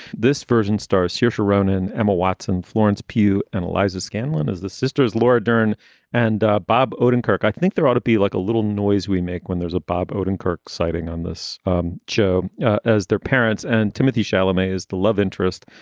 this version stars sharon ronan, and emma watson, florence pugh and eliza scanlan as the sisters laura dern and ah bob odenkirk. i think there ought to be like a little noise we make when there's a bob odenkirk sighting on this um show as their parents and timothy shalamar is the love interest.